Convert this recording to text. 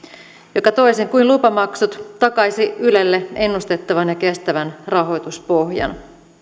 joka toisin kuin lupamaksut takaisi ylelle ennustettavan ja kestävän rahoituspohjan